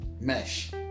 mesh